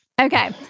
Okay